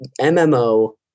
mmo